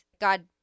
God